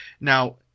Now